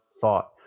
thought